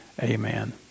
Amen